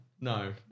No